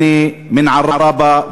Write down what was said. להלן תרגומם: אני גאה על שאני מעראבה.